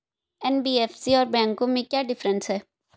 NBFC और बैंकों में क्या डिफरेंस है?